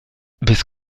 bis